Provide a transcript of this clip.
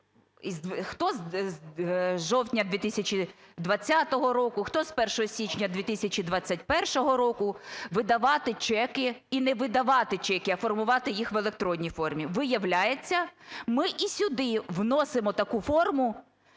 хто з жовтня 2020 року, хто з 1 січня 2021 року видавати чеки і не видавати чеки, а формувати їх в електронній формі. Виявляється, ми і сюди вносимо таку форму